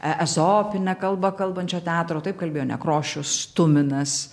e ezopine kalba kalbančio teatro taip kalbėjo nekrošius tuminas